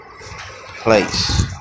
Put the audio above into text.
place